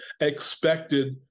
expected